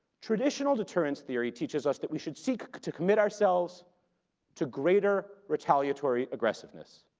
traditional deterrence theory teaches us that we should seek to commit ourselves to greater retaliatory aggressiveness.